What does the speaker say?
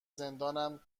زندان